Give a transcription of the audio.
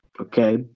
Okay